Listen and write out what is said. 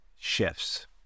shifts